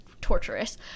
torturous